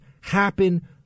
happen